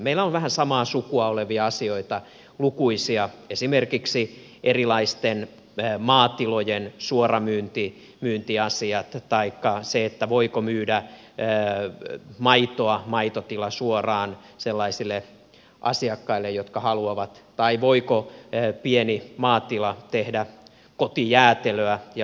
meillä on vähän samaa sukua olevia asioita lukuisia esimerkiksi erilaisten maatilojen suoramyyntiasiat taikka se voiko maitotila myydä maitoa suoraan sellaisille asiakkaille jotka haluavat tai voiko pieni maatila tehdä kotijäätelöä ja myydä sitä